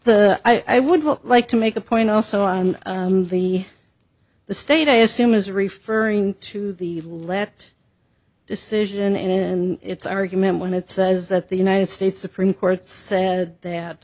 i would like to make a point also on the the state i assume is referring to the let decision and its argument when it says that the united states supreme court said